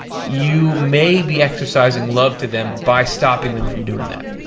you may be exercising love to them by stopping them from doing that.